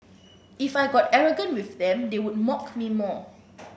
if I got arrogant with them they would mock me more